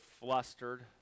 flustered